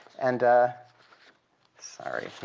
and sorry,